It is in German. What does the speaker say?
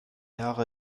jahre